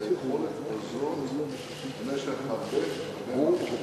היכולת הזאת למשך הרבה הרבה מערכות בחירות.